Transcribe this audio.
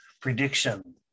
prediction